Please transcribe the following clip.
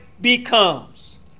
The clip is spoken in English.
becomes